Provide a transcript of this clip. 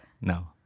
No